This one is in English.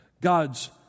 God's